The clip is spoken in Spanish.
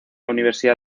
universidad